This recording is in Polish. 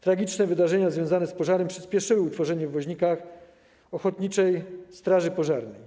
Tragiczne wydarzenia związane z pożarem przyspieszyły utworzenie w Woźnikach ochotniczej straży pożarnej.